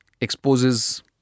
exposes